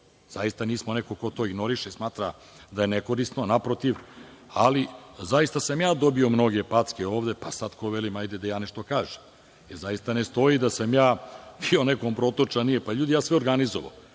Zaista nismo neko ko to ignoriše i smatra da je nekorisno, naprotiv, ali zaista sam ja dobio mnoge packe ovde, pa sad ko velim – hajde da i ja nešto kažem. Zaista ne stoji da sam ja bio nekom protočan, ljudi, pa ja sve organizovao.